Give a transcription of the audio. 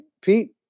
Pete